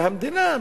והמדינה,